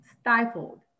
stifled